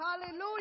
hallelujah